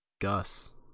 Gus